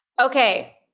Okay